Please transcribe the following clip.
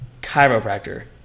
chiropractor